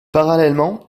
parallèlement